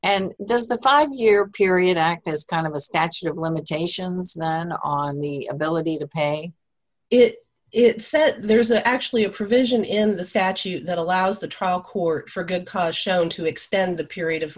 and does the five year period act as kind of a statute of limitations than on the ability to pay it if there's actually a provision in the statute that allows the trial court forget because shown to extend the period of